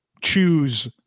choose